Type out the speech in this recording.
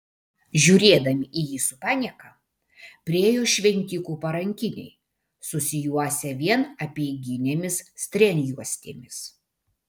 žiūrėdami į jį su panieka priėjo šventikų parankiniai susijuosę vien apeiginėmis strėnjuostėmis